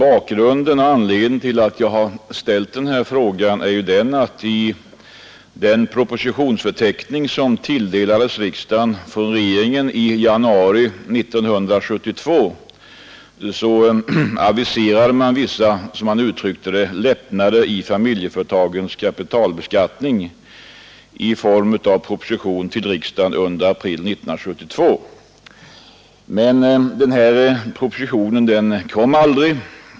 Anledningen till frågan är att i den propositionsförteckning som tilldelades riksdagen från regeringen i januari 1972 aviserades ”lättnader i familjeföretagens kapitalbeskattning” i form av proposition till riksdagen under april 1972. Den propositionen S kom aldrig.